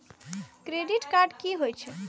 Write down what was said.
Credit card की होई छै?